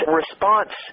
response